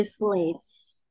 deflates